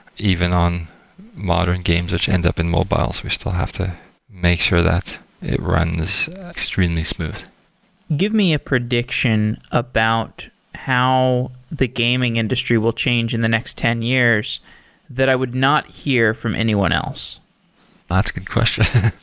even on modern games which end up in mobiles, we still have to make sure that it runs extremely smooth give me a prediction about how the gaming industry will change in the next ten years that i would not hear from anyone else that's a good question. i